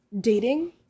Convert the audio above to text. dating